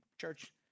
church